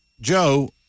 Joe